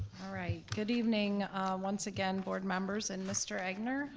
all right, good evening once again, board members and mr. egnor.